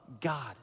God